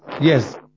Yes